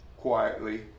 quietly